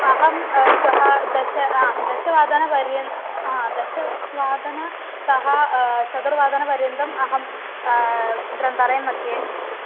अहं श्वः दश अ दशवादनपर्यन्तं हा दशवादनतः चतुर्वादनपर्यन्तम् अहं ग्रन्थालयं मध्ये अस्ति